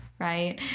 right